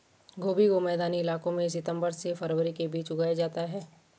गोभी को मैदानी इलाकों में सितम्बर से फरवरी के बीच उगाया जाता है